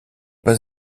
pas